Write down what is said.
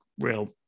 real